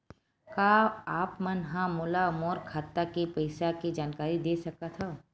का आप मन ह मोला मोर खाता के पईसा के जानकारी दे सकथव?